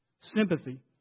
sympathy